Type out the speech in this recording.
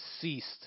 ceased